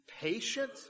patient